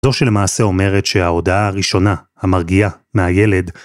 זו שלמעשה אומרת שההודעה הראשונה, המרגיעה מהילד...